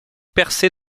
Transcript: percé